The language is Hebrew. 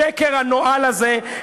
השקר הנואל הזה,